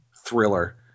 thriller